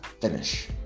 finish